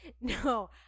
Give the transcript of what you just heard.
no